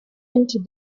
into